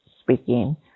speaking